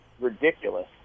Ridiculous